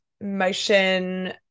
motion